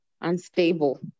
unstable